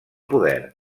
poder